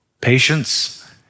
patience